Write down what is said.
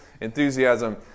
Enthusiasm